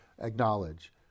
acknowledge